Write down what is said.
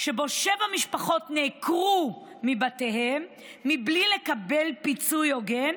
שבו שבע משפחות נעקרו מבתיהן מבלי לקבל פיצוי הוגן,